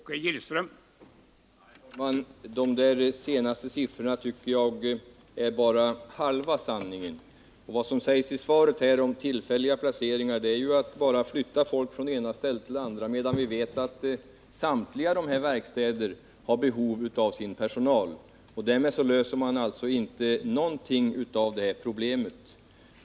Herr talman! De sifferuppgifter som kommunikationsministern nu lämnade står enligt min mening för bara halva sanningen, och det som sägs i svaret om tillfälliga placeringar innebär ju bara att man flyttar folk från det ena stället till det andra. Vi vet ju att samtliga dessa verkstäder har behov av personal, och med tillfälliga placeringar löser man inte någon del av det här problemet.